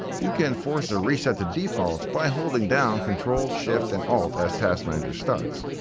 you can force a reset to defaults by holding down control, shift, and alt as task manager starts.